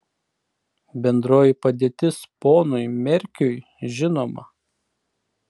bendroji padėtis ponui merkiui žinoma